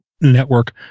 network